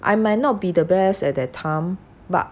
I might not be the best at that time but